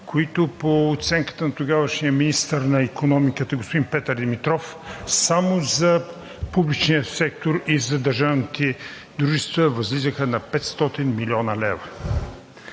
които по оценката на тогавашния министър на икономиката господин Петър Димитров само за публичния сектор и за държавните дружества възлизаха на 500 млн. лв.